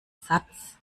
satz